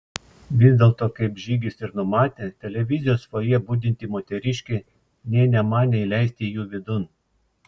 vis dėlto kaip žygis ir numatė televizijos fojė budinti moteriškė nė nemanė įleisti jų vidun